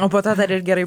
o po to dar ir gerai